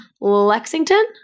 Lexington